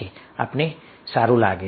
અમને સારું લાગે છે